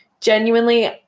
Genuinely